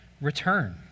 return